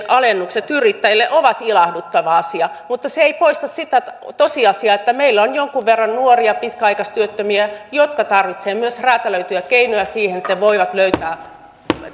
alennukset yrittäjille ovat ilahduttava asia mutta se ei poista sitä tosiasiaa että meillä on jonkun verran nuoria pitkäaikaistyöttömiä jotka tarvitsevat myös räätälöityjä keinoja siihen että he voivat löytää